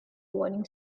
warring